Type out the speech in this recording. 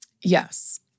Yes